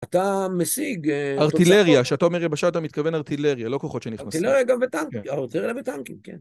אתה משיג... ארטילריה, כשאתה אומר יבשה, אתה מתכוון ארטילריה, לא כוחות שנכנסו. ארטילריה גם בטנקים, ארטילריה וטנקים, כן.